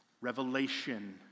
revelation